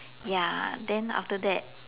ya then after that